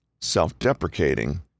Self-deprecating